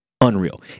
Unreal